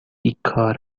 بیکار